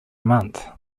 month